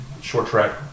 short-track